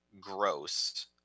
gross